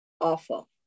awful